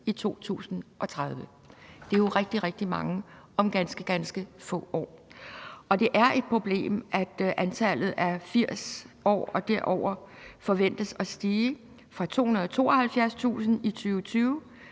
i 2030. Det er jo rigtig, rigtig mange om ganske, ganske få år. Og det er et problem, at antallet af 80-årige og derover forventes at stige fra 272.000 i 2020